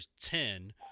ten